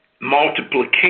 multiplication